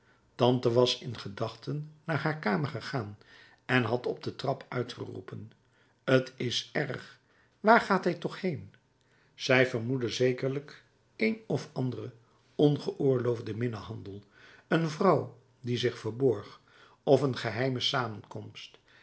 tante was in gedachten naar haar kamer gegaan en had op de trap uitgeroepen t is erg waar gaat hij toch heen zij vermoedde zekerlijk een of anderen ongeoorloofden minnehandel een vrouw die zich verborg of een geheime samenkomst